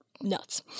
nuts